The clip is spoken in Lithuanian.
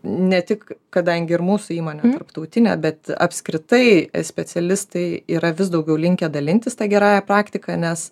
ne tik kadangi ir mūsų įmonė tarptautinė bet apskritai specialistai yra vis daugiau linkę dalintis ta gerąja praktika nes